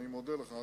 אני מודה לך,